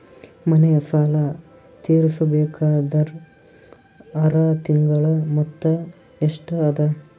ಮನೆ ಸಾಲ ತೀರಸಬೇಕಾದರ್ ಆರ ತಿಂಗಳ ಮೊತ್ತ ಎಷ್ಟ ಅದ?